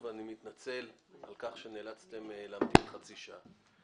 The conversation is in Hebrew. ואני מתנצל על כך שנאלצתם להמתין חצי שעה.